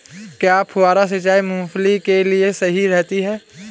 क्या फुहारा सिंचाई मूंगफली के लिए सही रहती है?